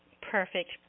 Perfect